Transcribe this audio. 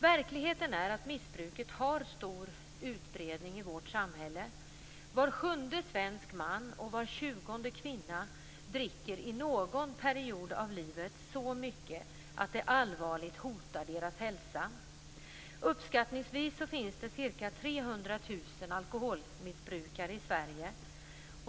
Verkligheten är att missbruket har stor utbredning i vårt samhälle. Var sjunde svensk man och var tjugonde kvinna dricker under någon period av livet så mycket att det allvarligt hotar deras hälsa. Uppskattningsvis finns det ca 300 000 alkoholmissbrukare i Sverige.